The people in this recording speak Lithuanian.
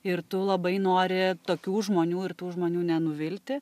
ir tu labai nori tokių žmonių ir tų žmonių nenuvilti